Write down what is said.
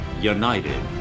united